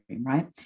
right